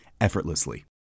effortlessly